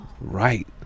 Right